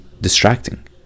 distracting